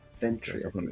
Venture